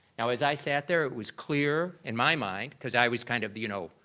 now, as i sat there, it was clear in my mind because i was kind of, you know,